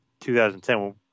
2010